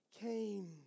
came